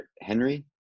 Henry